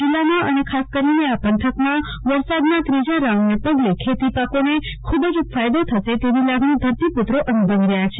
જિલ્લામાં અને ખાસ કરીને આ પંથકમાં ત્રીજા રાઉન્ડને પગલે ખેતીપાકોને ખુબ જ ફાયદો થશે તેવી લાગણી ધરતીપત્રો અનુભવી રહ્યા છે